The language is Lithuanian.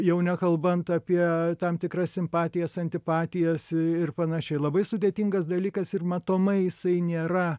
jau nekalbant apie tam tikras simpatijas antipatijas ir panašiai labai sudėtingas dalykas ir matomai jisai nėra